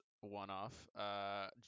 one-off